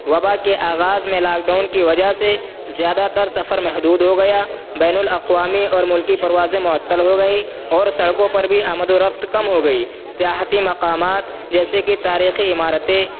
وبا کے آغاز میں لاک ڈاؤن کی وجہ سے زیادہ تر سفر محدود ہو گیا بین الاقوامی اور ملکی پروازیں معطل ہو گئیں اور سڑکوں پر بھی آمد و رفت کم ہو گئی سیاحتی مقامات جیسے کہ تاریخی عمارتیں